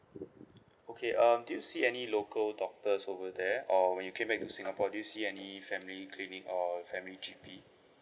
okay um do you see any local doctors over there or when you came back to singapore do you see any family clinic or family G_P